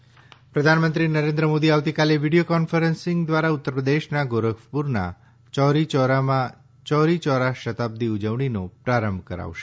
ે પ્રધાનમંત્રી નરેન્દ્ર મોદી આવતીકાલે વીડિયો કોન્ફરન્સિંગ દ્વારા ઉત્તર પ્રદેશના ગોરખપુરના ચૌરી ચૌરામાં ચૌરી ચૌરા શતાબ્દી ઉજવણીનો આરંભ કરશે